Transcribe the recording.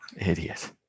Idiot